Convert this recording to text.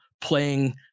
playing